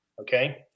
Okay